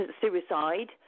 suicide